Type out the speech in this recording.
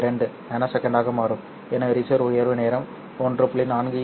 42 ns ஆக மாறும் எனவே ரிசீவர் உயர்வு நேரம் 1